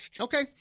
Okay